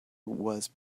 was